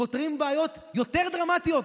פותרים בעיות יותר דרמטיות